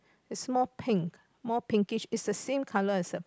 is more pink more pinkish is the same colour as a